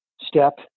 Step